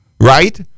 right